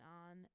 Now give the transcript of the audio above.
on